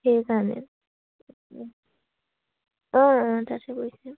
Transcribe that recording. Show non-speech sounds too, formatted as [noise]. সেইকাৰণে অঁ অঁ তাতে [unintelligible]